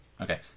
Okay